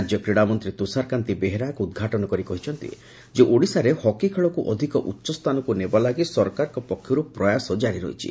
ରାଜ୍ୟ କ୍ରୀଡ଼ା ମନ୍ତୀ ତୁଷାରକାନ୍ତି ବେହେରା ଏହାକୁ ଉଦ୍ଘାଟନ କରି କହିଛନ୍ତି ଯେ ଓଡ଼ିଶାରେ ହକି ଖେଳକୁ ଅଧିକ ଉଚ୍ଚସ୍ଥାନକୁ ନେବା ଲାଗି ସରକାରଙ୍କ ପକ୍ଷରୁ ପ୍ରୟାସ କାରି ରହିଛି